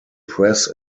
press